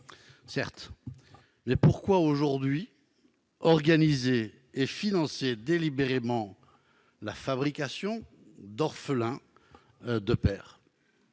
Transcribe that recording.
Toutefois, pourquoi aujourd'hui organiser et financer délibérément la fabrication d'orphelins de père ?